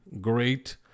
great